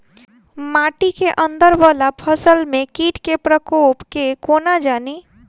माटि केँ अंदर वला फसल मे कीट केँ प्रकोप केँ कोना जानि?